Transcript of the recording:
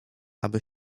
aby